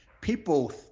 people